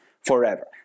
forever